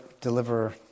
deliver